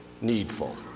needful